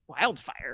wildfire